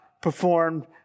performed